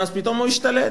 ואז פתאום הוא השתלט,